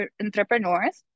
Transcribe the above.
entrepreneurs